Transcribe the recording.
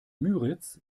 müritz